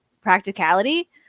practicality